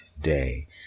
day